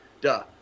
duh